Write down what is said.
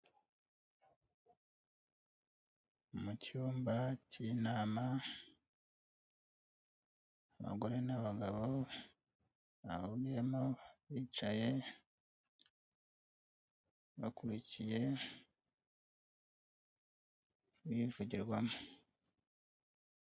Mu cyumba cy'inama, abagore n'abagabo bahuriyemo bicaye, bakurikiye ibivugirwamo.